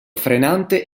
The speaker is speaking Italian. frenante